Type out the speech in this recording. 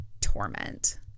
torment